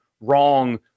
wrong